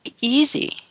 easy